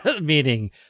Meaning